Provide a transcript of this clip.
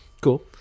Cool